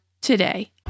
today